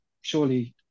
surely